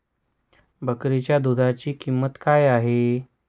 बकरीच्या दूधाची किंमत काय आहे?